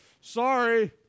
Sorry